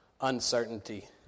uncertainty